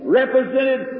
represented